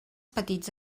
petits